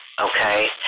okay